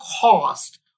cost